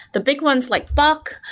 the big ones like buck,